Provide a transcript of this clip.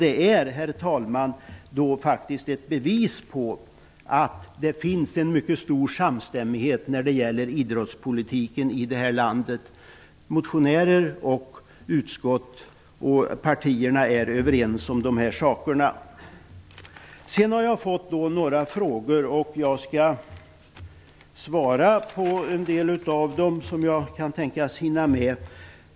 Detta är ett bevis på att det finns en mycket stor samstämmighet när det gäller idrottspolitiken i det här landet. Motionärer, partier och utskott är överens om dessa saker. Jag har fått några frågor, och jag skall svara på dem som jag kan tänkas hinna med att svara på.